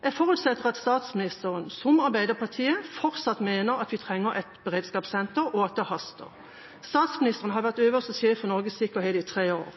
Jeg forutsetter at statsministeren, som Arbeiderpartiet, fortsatt mener at vi trenger et beredskapssenter, og at det haster. Statsministeren har vært øverste sjef for Norges sikkerhet i tre år.